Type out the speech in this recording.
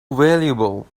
valuable